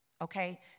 okay